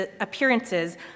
appearances